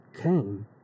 came